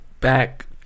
back